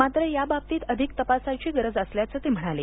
मात्र या बाबतीत अधिक तपासाची गरज असल्याचं ते म्हणाले